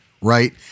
right